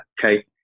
okay